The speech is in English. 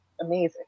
amazing